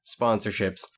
sponsorships